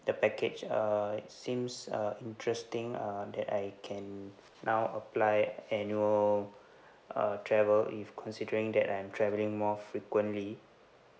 the package err it seems uh interesting uh that I can now apply annual uh travel if considering that I'm travelling more frequently